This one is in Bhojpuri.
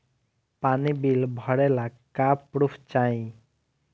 पानी बिल भरे ला का पुर्फ चाई?